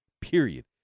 period